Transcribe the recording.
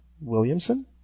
Williamson